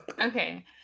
Okay